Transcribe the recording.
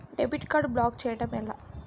Debit card block చేయటం ఎలా?